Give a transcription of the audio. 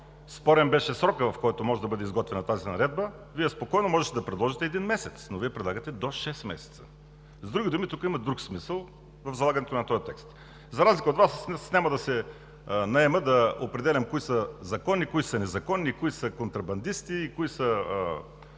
спорен срокът, в който може да бъде изготвена тази наредба, Вие спокойно можеше да предложите един месец, но Вие предлагате „до шест месеца“. С други думи – има друг смисъл в залагането на този текст. За разлика от Вас няма да се наема да определям кои са законни, кои са незаконни, кои са контрабандисти и дали